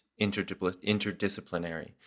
interdisciplinary